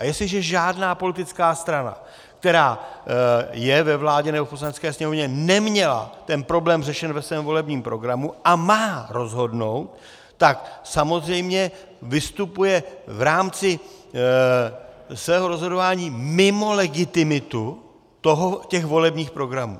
A jestliže žádná politická strana, která je ve vládě nebo v Poslanecké sněmovně, neměla ten problém řešen ve svém volebním programu a má rozhodnout, tak samozřejmě vystupuje v rámci svého rozhodování mimo legitimitu těch volebních programů.